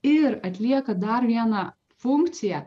ir atlieka dar vieną funkciją